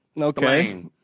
Okay